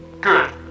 Good